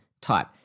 type